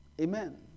Amen